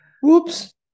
Whoops